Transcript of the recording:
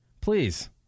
Please